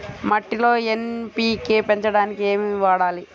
మట్టిలో ఎన్.పీ.కే పెంచడానికి ఏమి వాడాలి?